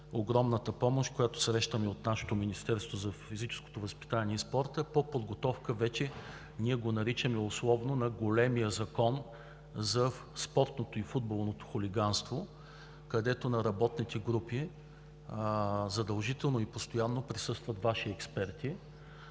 огромната помощ, която срещаме от нашето Министерство на физическото възпитание и спорта по подготовка на големия Закон за спортното и футболното хулиганство, както го наричаме. В работната група задължително и постоянно присъстват Ваши експерти.